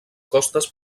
costes